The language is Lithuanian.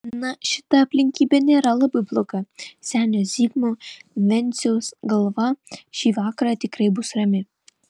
na šita aplinkybė nėra labai bloga senio zigmo venciaus galva šį vakarą tikrai bus rami